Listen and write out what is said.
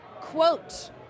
quote